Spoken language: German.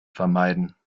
vermeiden